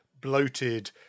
bloated